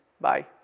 Bye